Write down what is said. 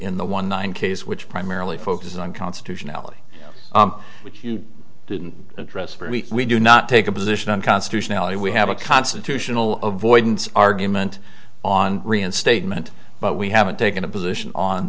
in the one nine case which primarily focused on constitutionality which you didn't address for me we do not take a position unconstitutionality we have a constitutional or void and argument on reinstatement but we haven't taken a position on